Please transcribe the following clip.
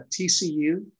TCU